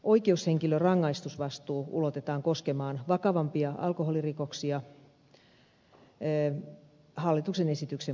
oikeushenkilön rangaistusvastuu ulotetaan koskemaan vakavampia alkoholirikoksia hallituksen esityksen mukaisesti